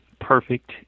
perfect